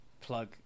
plug